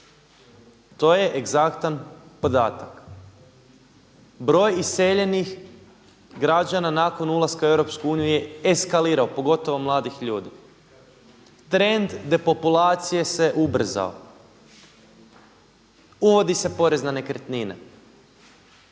To je egzaktan podatak. Broj iseljenih građana nakon ulaska u EU je eskalirao pogotovo mladih ljudi. Trend depopulacije se ubrzao. Uvodi se porez na nekretnine.